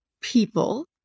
people